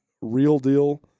real-deal